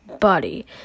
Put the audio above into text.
body